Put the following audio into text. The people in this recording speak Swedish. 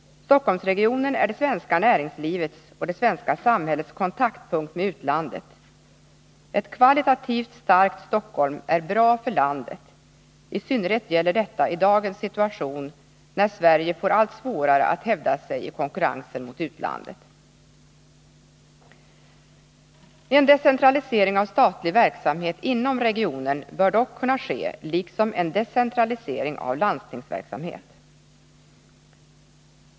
Stockholmsregionen är det svenska näringslivets och det svenska samhällets kontaktpunkt med utlandet. Ett kvalitativt starkt Stockholm är bra för landet. I synnerhet gäller detta i dagens situation, när Sverige får allt svårare att hävda sig i konkurrensen med utlandet. En decentralisering av statlig verksamhet inom regionen bör dock kunna ske liksom en decentralisering av landstingsverksamhet.